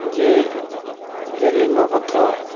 ଯେ ଯେ ନିମ୍ବ ପତ୍ର